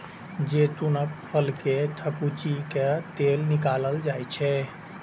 जैतूनक फल कें थकुचि कें तेल निकालल जाइ छै